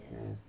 ya